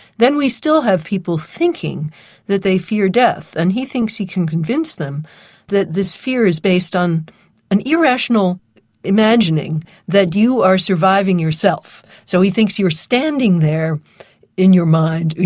then we still have people thinking that they fear death, and he thinks he can convince them that this fear is based on an irrational imagining that you are surviving yourself. so he thinks you're standing there in your mind,